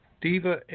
Diva